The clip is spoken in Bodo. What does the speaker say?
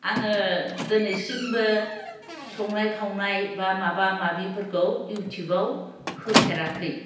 आङो दिनैसिमबो संनाय खावनाय बा माबा माबिफोरखौ इउटुबाव होफेराखै